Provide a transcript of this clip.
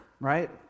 right